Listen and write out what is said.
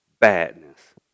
badness